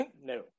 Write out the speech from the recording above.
No